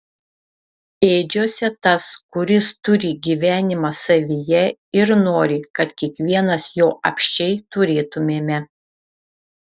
ėdžiose tas kuris turi gyvenimą savyje ir nori kad kiekvienas jo apsčiai turėtumėme